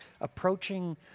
approaching